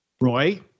Roy